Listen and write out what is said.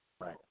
Right